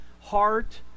heart